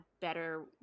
better